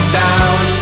down